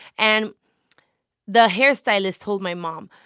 and the hairstylist told my mom,